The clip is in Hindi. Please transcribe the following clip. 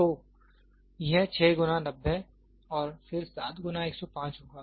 तो यह 6 गुना 90 और फिर 7 गुना 105 होगा